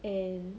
and